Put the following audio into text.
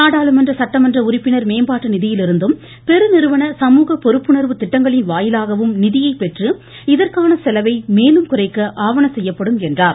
நாடாளுமன்ற சட்டமன்ற உறுப்பினர் மேம்பாட்டு நிதியிலிருந்தும் பெருநிறுவன சமூக பொறுப்புணர்வு திட்டங்களின் வாயிலாகவும் நிதியை பெற்று இதற்கான செலவை மேலும் குறைக்க ஆவன செய்யப்படும் என்றார்